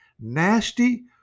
nasty